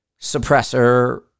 suppressor